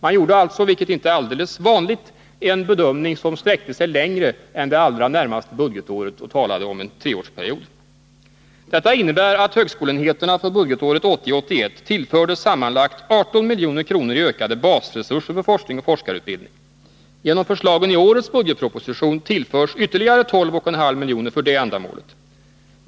Man gjorde alltså — vilket inte är alldeles vanligt — en bedömning som sträckte sig längre än det allra närmaste budgetåret och talade om en treårsperiod. Detta innebär, att högskoleenheterna för budgetåret 1980/81 tillfördes sammanlagt 18 milj.kr. i ökade basresurser för forskning och forskarutbildning. Genom förslagen i årets budgetproposition tillförs ytterligare 12,5 miljoner för ändamålet.